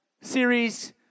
series